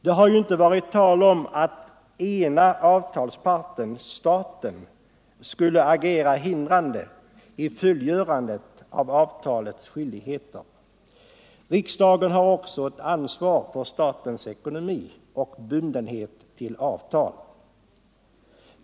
Det har inte varit tal om att ena avtalsparten, staten, skulle agera hindrande i fullgörandet av avtalets skyldigheter. Riksdagen har också ett ansvar för statens ekonomi och bundenhet till avtal.